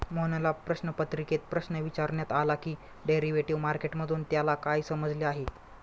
मोहनला प्रश्नपत्रिकेत प्रश्न विचारण्यात आला की डेरिव्हेटिव्ह मार्केट मधून त्याला काय समजले आहे?